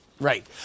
Right